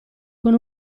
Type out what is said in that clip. con